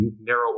narrow